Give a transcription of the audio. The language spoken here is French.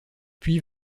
puis